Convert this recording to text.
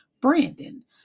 Brandon